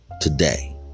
today